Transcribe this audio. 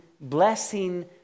blessing